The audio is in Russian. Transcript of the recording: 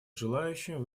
желающим